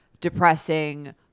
depressing